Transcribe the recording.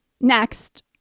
next